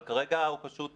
אבל כרגע הוא פשוט